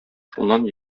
шуннан